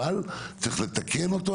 אבל צריך לתקן אותו,